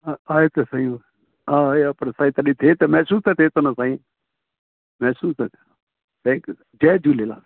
आहे त सही उहो हा आहे पर साईं तॾहिं थिए त महसूसु त थिए थो न साईं महसूसु त थैंक यू जय झूलेलाल साईं